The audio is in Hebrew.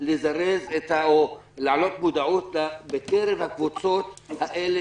לזרז או להעלות מודעות בקרב הקבוצות האלה